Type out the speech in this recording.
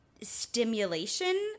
stimulation